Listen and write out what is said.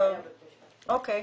תודה.